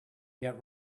get